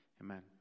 Amen